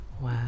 Wow